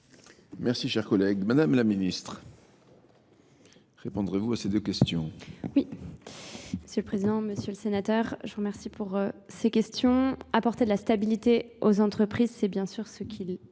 Merci cher collègue. Madame la Ministre, Répondrez-vous à ces deux questions ?